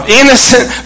innocent